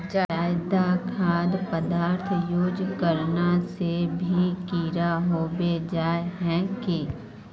ज्यादा खाद पदार्थ यूज करना से भी कीड़ा होबे जाए है की?